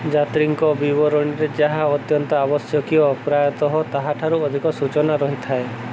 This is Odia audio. ଯାତ୍ରୀଙ୍କ ବିବରଣୀରେ ଯାହା ଅତ୍ୟନ୍ତ ଆବଶ୍ୟକୀୟ ପ୍ରାୟତଃ ତାହାଠାରୁ ଅଧିକ ସୂଚନା ରହିଥାଏ